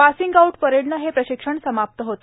passing out परेडनं हे प्रशिक्षण समाप्त होतं